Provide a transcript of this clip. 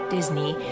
Disney